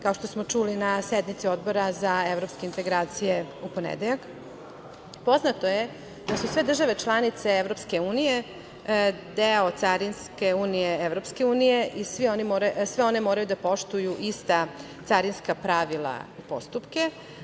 Kao što smo čuli, na sednici Odbora za evropske integracije ponedeljak, poznato je da su sve države članice EU deo carinske unije EU i sve one moraju da poštuju ista carinska pravila i postupke.